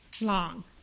long